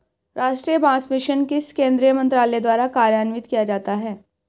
राष्ट्रीय बांस मिशन किस केंद्रीय मंत्रालय द्वारा कार्यान्वित किया जाता है?